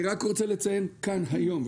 אני רק רוצה לציין כאן היום,